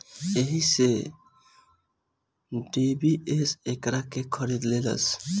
एही से डी.बी.एस एकरा के खरीद लेलस